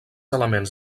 elements